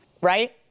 right